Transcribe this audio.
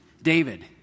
David